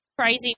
crazy